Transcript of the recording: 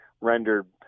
rendered